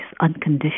unconditional